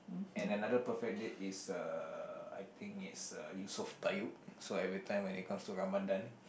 and another perfect date is uh I think it's uh Yusof-Tayub so every time it comes to Ramadan